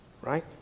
right